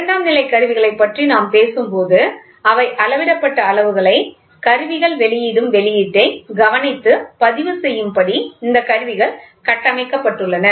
இரண்டாம் நிலை கருவிகளைப் பற்றி நாம் பேசும்போது அவை அளவிடப்பட்ட அளவுகளை கருவிகள் வெளியிடும் வெளியீட்டை கவனித்து பதிவு செய்யும்படி இந்த கருவிகள் கட்டமைக்கப்பட்டுள்ளன